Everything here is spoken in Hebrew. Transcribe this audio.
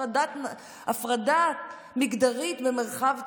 הפרדה מגדרית במרחב ציבורי,